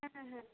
হ্যাঁ হ্যাঁ